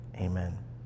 amen